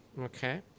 Okay